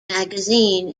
magazine